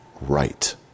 right